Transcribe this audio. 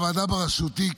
הוועדה בראשותי,